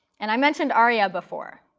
and i mentioned aria before.